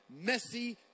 messy